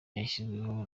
yashyizweho